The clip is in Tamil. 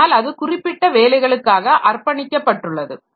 ஆனால் அது குறிப்பிட்ட வேலைகளுக்காக அர்ப்பணிக்கப்பட்டுள்ளது